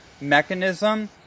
mechanism